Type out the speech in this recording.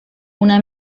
una